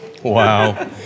Wow